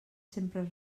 sempre